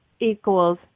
equals